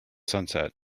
sunset